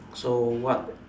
so what